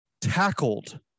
tackled